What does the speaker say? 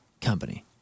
company